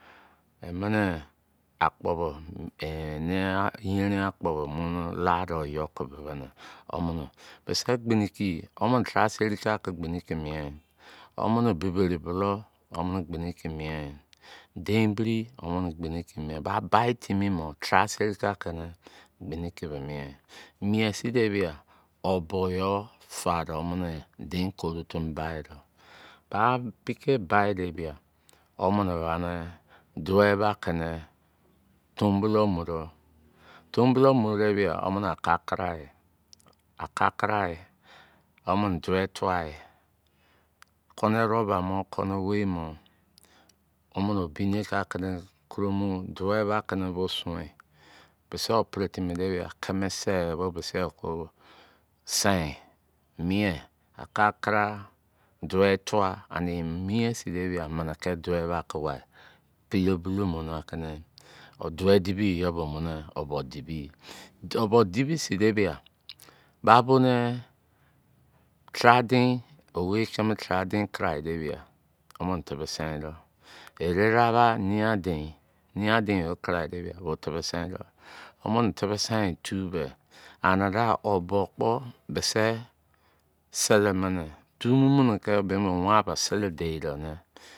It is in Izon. Emini akpọ bọ eni̱ yenrin akpo bo munu la dọ yọ kọ bịbị nị omịnị bisị gbiniki. Womini faara seri ki aki gbiniki mien yi. Womini biberi bulou gbiniki mien yi. Dein biri, gbiniki mien yi. Ba bai timi mo, taara seri ki aki ni gbiniki be mien yi. Mien sin de bia, o be yo fa do. Womini dein koru timi ki do. Ba pikei bai de bia, womini ba durvei ba kini tomu-bulou mu dọ. Tomu bulou mu de bia, womini aka kara yi. Aka kara yi. Womini durvei tua yi kone erewou boru-mo, kone oweii mo. Womini obine ki akini koro mo. Duwei ba akini bo soin. Bisi yo pere timi de bia, kimise bo bisi yo ko sin, mien. Aka kara. Duwei tua. Ani ye mien sin de bia mini ki duwei ba ki wai bilo bilo muna kini duwei dibi yi yo be omune ọ bo dibi yi. Ọ bo dibi sin de bia, ba bonị owei taara dein. Owai, kini taara dein karai de bia tibi sin dọ. Erearau ba nein a dein. Nein a dein karai de bia, tibi sin do. Womini tibi sin yi tu be. Anidia ọ bọ kpọ bisị silị mini dumu mini ki wan ba sịlị dei dọ